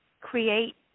create